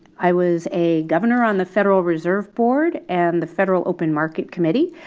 i was a governor on the federal reserve board and the federal open market committee.